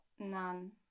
None